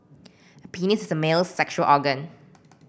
a penis is a male's sexual organ